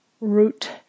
root